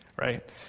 Right